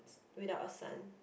without a son